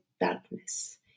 darkness